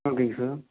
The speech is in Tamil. ஓகேங்க சார்